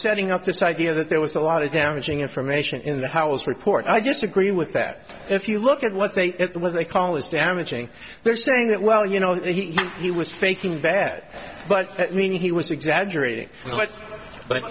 standing up this idea that there was a lot of damaging information in the house report i disagree with that if you look at what they what they call is damaging they're saying that well you know he he was faking bad but i mean he was